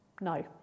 no